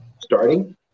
starting